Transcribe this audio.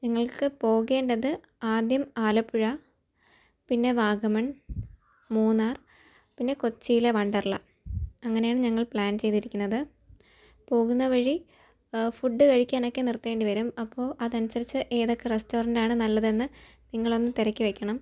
ഞങ്ങൾക്ക് പോകേണ്ടത് ആദ്യം ആലപ്പുഴ പിന്നെ വാഗമൺ മൂന്നാർ പിന്ന കൊച്ചിയിലെ വണ്ടർലാ അങ്ങനെയാണ് ഞങ്ങൾ പ്ലാൻ ചെയ്തിരിക്കുന്നത് പോകുന്ന വഴി ഫുഡ് കഴിക്കാനൊക്കെ നിർത്തേണ്ടി വരും അപ്പോൾ അതനുസരിച്ച് ഏതൊക്കെ റെസ്റ്റോറൻ്റാണ് നല്ലതെന്ന് നിങ്ങളൊന്ന് തിരക്കി വയ്ക്കണം